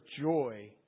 joy